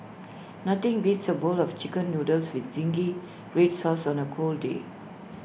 nothing beats A bowl of Chicken Noodles with Zingy Red Sauce on A cold day